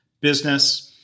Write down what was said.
Business